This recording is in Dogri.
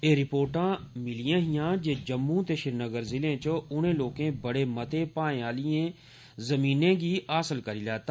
एह रिपोर्टां मिलियां हियां जे जम्मू ते श्रीनगर ज़िलें च उर्ने लोर्के बड़े मते भाएं आहिलयें जगहें गी हासल करी लैता